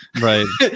right